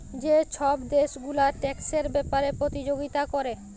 যে ছব দ্যাশ গুলা ট্যাক্সের ব্যাপারে পতিযগিতা ক্যরে